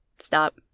Stop